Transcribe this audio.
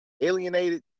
alienated